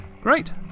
Great